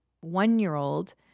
one-year-old